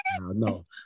no